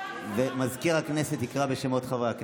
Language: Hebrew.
מזכיר הכנסת יקרא בשמות חברי הכנסת,